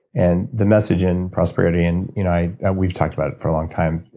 and the message in prosperity, and you know we've talked about it for a long time,